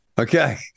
Okay